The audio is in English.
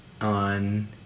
on